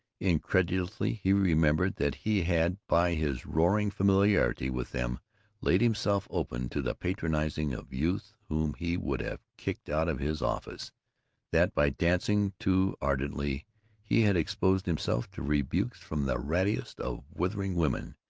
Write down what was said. incredulously he remembered that he had by his roaring familiarity with them laid himself open to the patronizing of youths whom he would have kicked out of his office that by dancing too ardently he had exposed himself to rebukes from the rattiest of withering women.